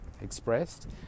expressed